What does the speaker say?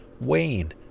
Wayne